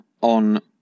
on